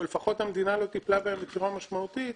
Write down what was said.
או לפחות המדינה לא טיפלה בהן בצורה משמעותית,